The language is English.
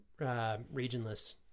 regionless